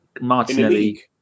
Martinelli